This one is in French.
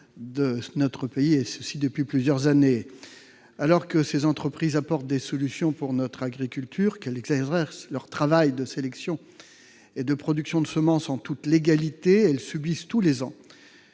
de notre pays depuis plusieurs années. Alors que ces entreprises apportent des solutions pour notre agriculture, qu'elles exercent leur travail de sélection et de production de semences en toute légalité, elles subissent tous les ans